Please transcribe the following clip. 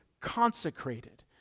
consecrated